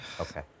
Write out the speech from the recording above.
Okay